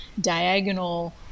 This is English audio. diagonal